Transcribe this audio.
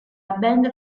band